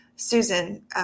Susan